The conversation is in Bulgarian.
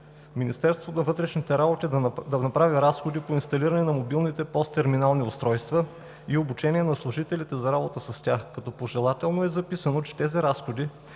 Министерството на вътрешните работи да направи разходи по инсталиране на мобилните ПОС терминални устройства и обучение на служителите за работа с тях, като пожелателно е записано, че тези разходи,